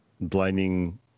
blinding